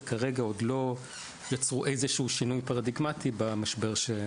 וכרגע עוד לא יצרו איזשהו שינוי פרדיגמטי במשבר של השיקום.